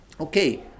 okay